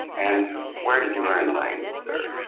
and where did you learn the language, sir?